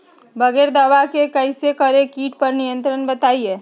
बगैर दवा के कैसे करें कीट पर नियंत्रण बताइए?